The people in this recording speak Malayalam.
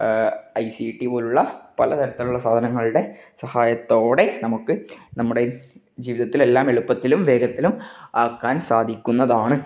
ഐ സി ടി പോലുള്ള പല തരത്തിലുള്ള സാധനങ്ങളുടെ സഹായത്തോടെ നമുക്ക് നമ്മുടെ ജീവിതത്തില് എല്ലാം എളുപ്പത്തിലും വേഗത്തിലും ആക്കാന് സാധിക്കുന്നതാണ്